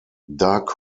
dark